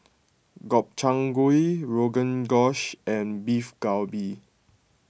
Gobchang Gui Rogan Gosh and Beef Galbi